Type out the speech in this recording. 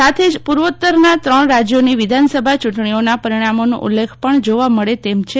સાથે જ પૂર્વોત્તરના ત્રણ રાજયોની વિધાનસભ ચૂંટણીઓના પરિણામોનો ઉલ્લેખ પણ જોવા મળે તેમ છે